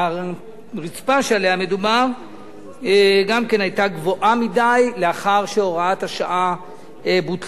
הרצפה שעליה מדובר גם כן היתה גבוהה מדי לאחר שהוראת השעה בוטלה.